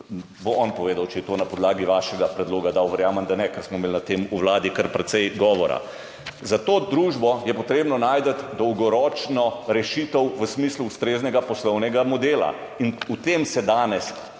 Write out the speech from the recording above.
Bo on povedal, če je to na podlagi vašega predloga dal, verjamem, da ne, ker smo imeli o tem na Vladi kar precej govora. Za to družbo je potrebno najti dolgoročno rešitev v smislu ustreznega poslovnega modela. In s tem se danes,